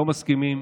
לא מסכימים